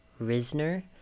Risner